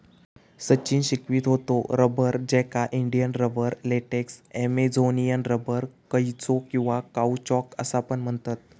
सचिन शिकवीत होतो रबर, ज्याका India rubber, latex, Amazonian rubber, कौचो किंवा काउचॉक असा पण म्हणतत